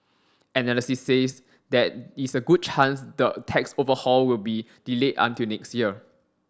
analysis says there is a good chance the tax overhaul will be delayed until next year